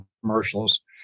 commercials